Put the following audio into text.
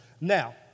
Now